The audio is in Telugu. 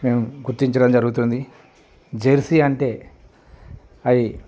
మేము గుర్తించడం జరుగుతుంది జెర్సీ అంటే అవి